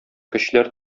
көчләр